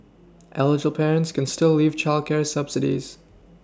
eligible parents can still live childcare subsidies